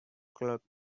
clerk